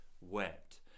wept